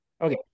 Okay